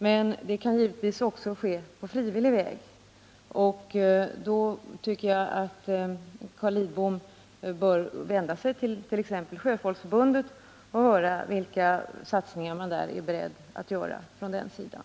Men en sådan minskning kan givetvis också ske på frivillig väg. Då tycker jag att Carl Lidbom bör vända sig till exempelvis Sjöfolksförbundet och höra vilka satsningar man är beredd att göra från den sidan.